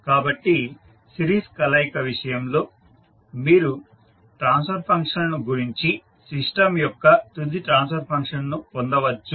కాబట్టి సిరీస్ కలయిక విషయంలో మీరు ట్రాన్స్ఫర్ ఫంక్షన్లను గుణించి సిస్టం యొక్క తుది ట్రాన్స్ఫర్ ఫంక్షన్ను పొందవచ్చు